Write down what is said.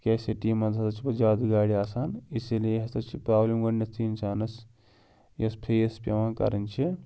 کیٛازِ سٹی منٛز ہَسا چھِ پَتہٕ زیادٕ گاڑِ آسان اِسی لیے ہَسا چھِ پرٛابلِم گۄڈنٮ۪تھٕے اِنسانَس یۄس فیس پٮ۪وان کَرٕنۍ چھِ